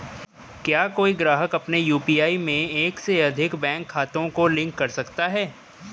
क्या कोई ग्राहक अपने यू.पी.आई में एक से अधिक बैंक खातों को लिंक कर सकता है?